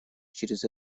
через